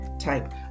type